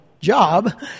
job